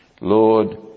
Lord